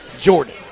Jordan